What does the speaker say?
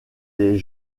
les